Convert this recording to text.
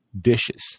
dishes